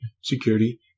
security